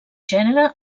gènere